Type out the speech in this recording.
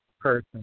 person